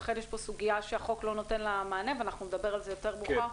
אכן יש פה סוגיה שהחוק לא נותן לה מענה ואנחנו נדבר על זה יותר מאוחר,